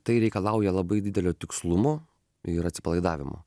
tai reikalauja labai didelio tikslumo ir atsipalaidavimo